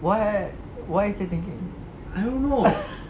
what what is he thinking